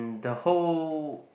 in the whole